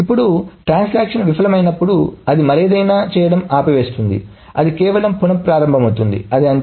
ఇప్పుడు ట్రాన్సాక్షన్ విఫలమైనప్పుడు అది మరేదైనా చేయడం ఆపివేస్తుంది అది కేవలం పునఃప్రారంభమవుతుంది అది అంతే